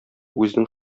үзенең